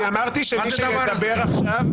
אני אמרתי שמי שידבר עכשיו,